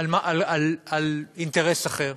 על אינטרס אחר.